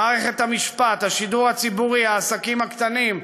מערכת המשפט, השידור הציבורי, העסקים הקטנים,